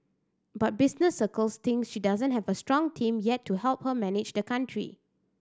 but business circles think she doesn't have a strong team yet to help her manage the country